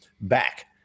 back